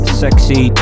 sexy